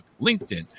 LinkedIn